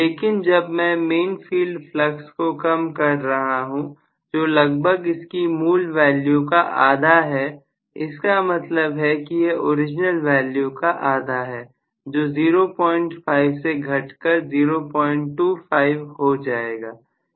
लेकिन जब मैं मेन फील्ड फ्लक्स को कम कर रहा हूं जो लगभग इसकी मूल वैल्यू का आधा है इसका मतलब है कि यह ओरिजिनल वैल्यू का आधा है जो 05 से घट कर 025 हो जाएगा